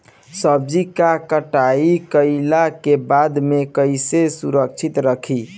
सब्जी क कटाई कईला के बाद में कईसे सुरक्षित रखीं?